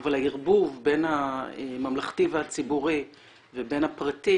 אבל הערבוב בין הממלכתי והציבורי ובין הפרטי